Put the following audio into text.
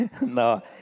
No